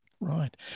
Right